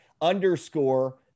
underscore